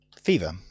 Fever